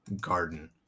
garden